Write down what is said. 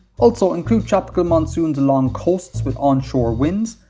also, include tropical monsoons long costs with onshore winds,